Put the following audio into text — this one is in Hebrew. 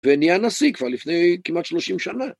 ואני הנשיא כבר לפני כמעט שלושים שנה.